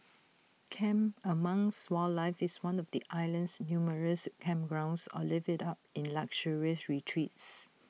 camp amongst wildlife in one of the island's numerous campgrounds or live IT up in luxurious retreats